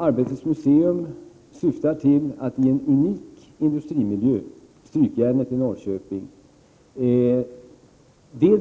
Arbetets museum syftar till att i en unik industrimiljö, Strykjärnet i Norrköping, bl.a.